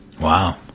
wow